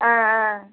ஆ ஆ